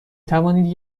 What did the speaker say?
توانید